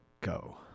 go